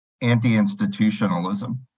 anti-institutionalism